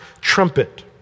trumpet